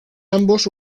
ambos